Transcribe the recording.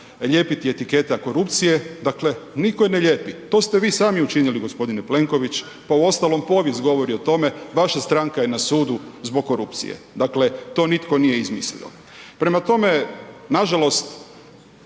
lijepiti etiketa korupcije. Dakle, nitko je ne lijepi, to ste vi sami učinili gospodine Plenković. Pa uostalom povijest govori o tome, vaša stranka je na sudu zbog korupcije. Dakle, to nitko nije izmislio. Prema tome, nažalost,